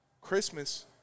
Christmas